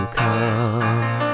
come